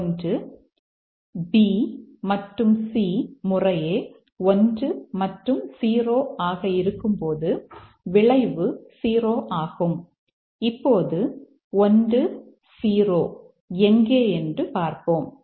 A 1 B மற்றும் C முறையே 1 மற்றும் 0 ஆக இருக்கும்போது விளைவு 0 ஆகும் இப்போது 1 0 எங்கே என்று பார்ப்போம்